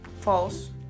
false